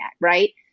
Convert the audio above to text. Right